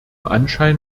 anschein